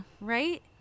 Right